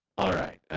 all right.